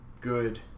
good